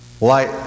Light